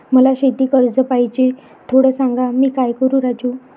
मला शेती कर्ज पाहिजे, थोडं सांग, मी काय करू राजू?